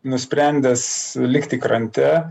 nusprendęs likti krante